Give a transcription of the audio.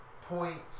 point